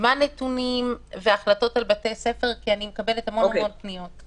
זמן נתונים והחלטות על בתי ספר כי אני מקבלת המון המון פניות.